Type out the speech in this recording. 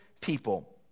people